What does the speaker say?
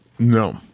No